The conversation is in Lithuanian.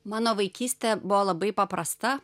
mano vaikystė buvo labai paprasta